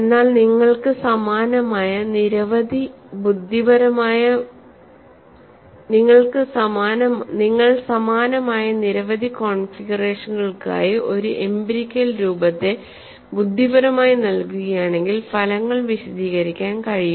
എന്നാൽ നിങ്ങൾ സമാനമായ നിരവധി കോൺഫിഗറേഷനുകൾക്കായി ഒരു എംപിരിക്കൽ രൂപത്തെ ബുദ്ധിപരമായി നൽകുകയാണെങ്കിൽ ഫലങ്ങൾ വിശദീകരിക്കാൻ കഴിയും